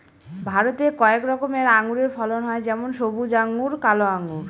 ভারতে কয়েক রকমের আঙুরের ফলন হয় যেমন সবুজ আঙ্গুর, কালো আঙ্গুর